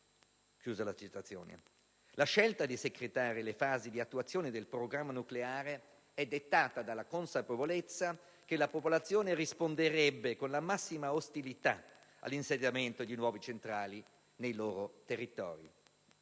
vigili del fuoco». La scelta di secretare le fasi di attuazione del programma nucleare è dettata dalla consapevolezza che la popolazione risponderebbe con la massima ostilità all'insediamento di nuove centrali nei loro territori.